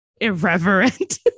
irreverent